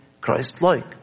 Christ-like